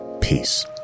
peace